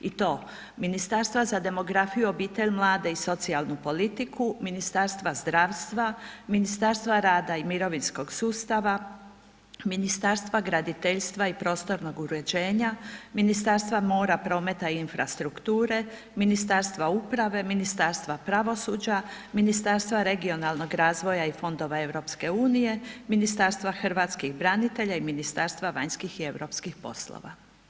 I to, Ministarstva za demografiju, obitelj, mlade i socijalnu politiku, Ministarstva zdravstva, Ministarstva rada i mirovinskog sustava, Ministarstva graditeljstva i prostornog uređenja, Ministarstva mora, prometa i infrastrukture, Ministarstva uprave, Ministarstva pravosuđa, Ministarstva regionalnog razvoja i fondova EU, Ministarstva hrvatskih branitelja i Ministarstva vanjskih i europskih poslova.